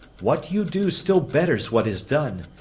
what you do still betters what is done.